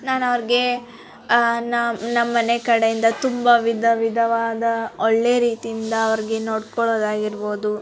ನಾನು ಅವ್ರಿಗೆ ನಮ್ಮ ನಮ್ಮನೆ ಕಡೆಯಿಂದ ತುಂಬ ವಿಧ ವಿಧವಾದ ಒಳ್ಳೆಯ ರೀತಿಯಿಂದ ಅವ್ರಿಗೆ ನೋಡ್ಕೊಳ್ಳೋದಾಗಿರ್ಬೋದು